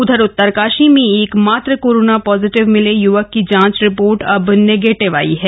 उधर उत्तरकाशी में एकमात्र कोरोना पॉजिटिव मिले यूवक की जांच रिपोर्ट अब नेगेटिव आयी है